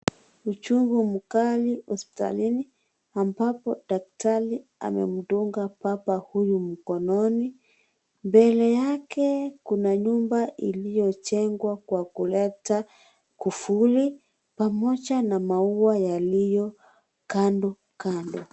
Uchungu mkali hospitalini ambapo daktari amemdunga baba huyu mkononi, mbele yake kuna nyumba iliyojengwa Kwa kuleta kuvuli pamoja na maua yaliyo Kando Kando.